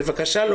בבקשה לא